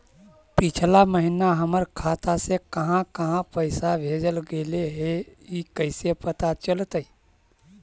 पिछला महिना हमर खाता से काहां काहां पैसा भेजल गेले हे इ कैसे पता चलतै?